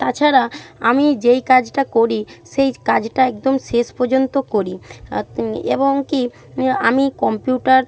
তাছাড়া আমি যেই কাজটা করি সেই কাজটা একদম শেষ পর্যন্ত করি আর এবং কী আমি কম্পিউটার